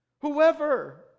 Whoever